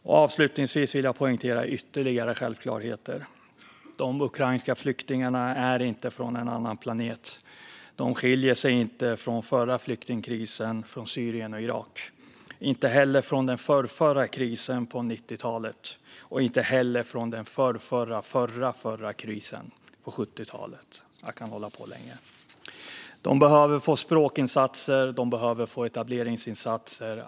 Och avslutningsvis vill jag poängtera ytterligare självklarheter. De ukrainska flyktingarna är inte från en annan planet. De skiljer sig inte från flyktingarna från Syrien eller Irak under den förra flyktingkrisen eller från dem som kom under den förrförra krisen på 90-talet eller under den förrförrförra krisen på 70-talet. Jag kan hålla på länge. De behöver få språkinsatser och etableringsinsatser.